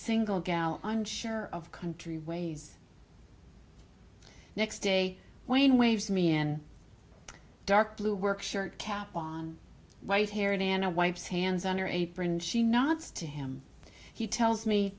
single gal i'm sure of country ways next day when waves me in dark blue work shirt cap on white haired and i wipes hands on her apron she nods to him he tells me